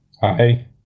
Hi